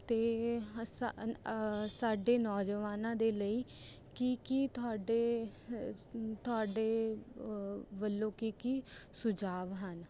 ਅਤੇ ਸਾਡੇ ਨੌਜਵਾਨਾਂ ਦੇ ਲਈ ਕੀ ਕੀ ਤੁਹਾਡੇ ਤੁਹਾਡੇ ਵੱਲੋਂ ਕੀ ਕੀ ਸੁਝਾਅ ਹਨ